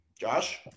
Josh